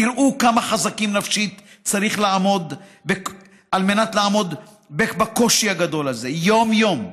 תראו כמה חזקים נפשית צריך לעמוד על מנת לעמוד בקושי הגדול הזה יום-יום.